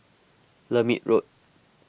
Lermit Road